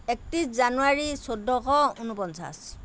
একত্ৰিছ জানুৱাৰী চৈধ্যশ ঊনপঞ্চাশ